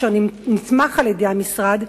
אשר נתמך על-ידי המשרד,